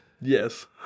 Yes